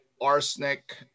arsenic